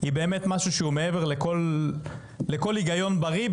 היא באמת משהו שהוא מעבר לכל היגיון בריא.